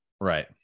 Right